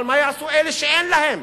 אבל מה יעשו אלה שאין להם?